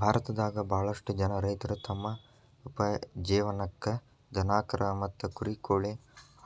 ಭಾರತದಾಗ ಬಾಳಷ್ಟು ಜನ ರೈತರು ತಮ್ಮ ಉಪಜೇವನಕ್ಕ ದನಕರಾ ಮತ್ತ ಕುರಿ ಕೋಳಿ